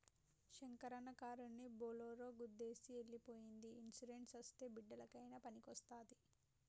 శంకరన్న కారుని బోలోరో గుద్దేసి ఎల్లి పోయ్యింది ఇన్సూరెన్స్ అస్తే బిడ్డలకయినా పనికొస్తాది